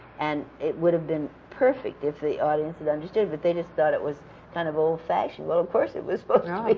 and it would have been perfect if the audience had understood. but they just thought it was kind of old-fashioned. well, of course, it was supposed you know to